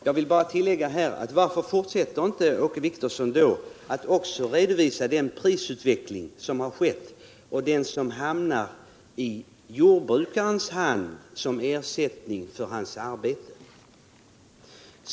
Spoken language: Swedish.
Jag vill bara tillägga: Varför fortsätter inte Åke Wictorsson och redovisar också prisutvecklingen för det som hamnar i jordbrukarens hand som ersättning för hans arbete?